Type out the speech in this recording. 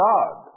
God